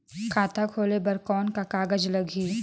खाता खोले बर कौन का कागज लगही?